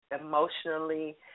emotionally